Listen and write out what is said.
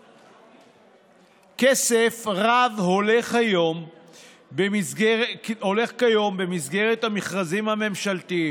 כסף רב הולך כיום במסגרת המכרזים הממשלתיים,